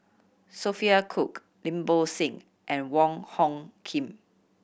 Sophia Cooke Lim Bo Seng and Wong Hung Khim